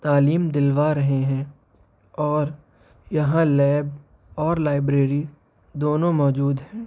تعلیم دلوا رہے ہیں اور یہاں لیب اور لائبریری دونوں موجود ہیں